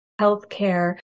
healthcare